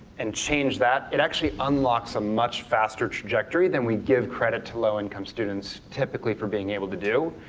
and change that, it actually unlocks a much faster trajectory then we give credit to low income students typically for being able to do,